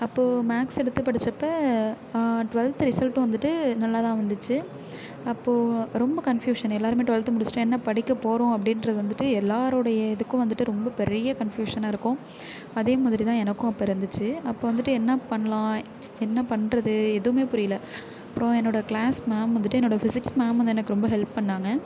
அப்போது மேக்ஸ் எடுத்து படித்தப்ப ட்வெல்த் ரிசல்ட்டும் வந்துட்டு நல்லாதான் வந்துச்சு அப்போது ரொம்ப கன்ஃப்யூஷன் எல்லாருமே ட்வெல்த் முடிச்சுட்டு என்ன படிக்கப் போறோம் அப்படின்றது வந்துட்டு எல்லோருடைய இதுக்கும் வந்துட்டு ரொம்ப பெரிய கன்ஃப்யூஷனாக இருக்கும் அதேமாதிரி தான் எனக்கும் அப்போ இருந்துச்சு அப்போ வந்துட்டு என்ன பண்லாம் என்ன பண்றது எதுவுமே புரியல அப்புறம் என்னோட கிளாஸ் மேம் வந்துட்டு என்னோட ஃபிசிக்ஸ் மேம் வந்து எனக்கு ரொம்ப ஹெல்ப் பண்ணிணாங்க